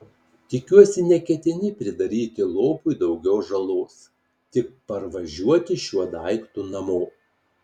tikiuosi neketini pridaryti lopui daugiau žalos tik parvažiuoti šiuo daiktu namo